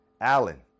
Allen